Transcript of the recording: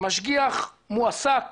שמשגיח מועסק